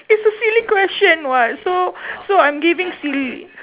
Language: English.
it's a silly question [what] so so I'm giving silly